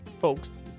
folks